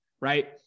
right